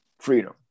freedom